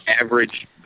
average